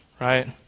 right